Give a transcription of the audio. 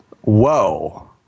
whoa